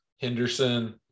henderson